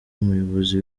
umuyobozi